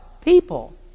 people